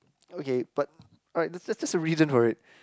okay but alright that's just the reason for it